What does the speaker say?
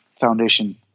foundation